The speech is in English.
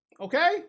Okay